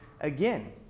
again